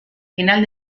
final